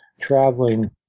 traveling